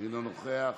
אינו נוכח,